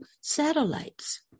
satellites